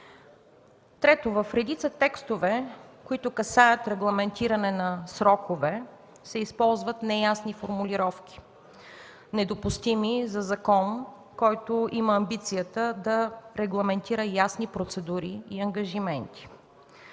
Трето, в редица текстове, които касаят регламентиране на срокове, се използват неясни формулировки, недопустими за закон, който има амбицията да регламентира ясни процедури и ангажименти.